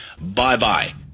bye-bye